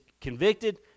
convicted